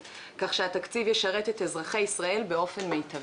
כך שהתקציב ישרת את אזרחי ישראל באופן מיטבי.